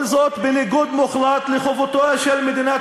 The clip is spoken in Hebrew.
כל זאת בניגוד מוחלט לחובותיה של מדינת